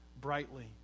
brightly